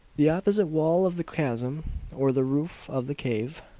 the opposite wall of the chasm or the roof of the cave,